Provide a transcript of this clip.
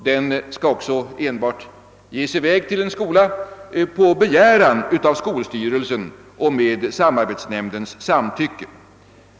Den skall också ge sig i väg till en skola enbart på begäran av skolstyrelsen och med samarbetsnämndens samtycke.